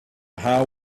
how